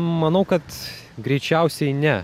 manau kad greičiausiai ne